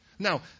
Now